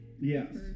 Yes